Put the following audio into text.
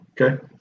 Okay